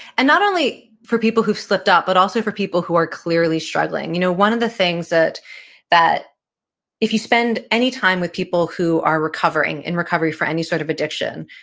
and not only for people who've slipped up, but also for people who are clearly struggling. you know one of the things that that if you spend any time with people who are recovering, in recovery for any sort of addiction,